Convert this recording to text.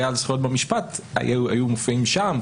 היה על זכויות במשפט הם היו מופיעים שם,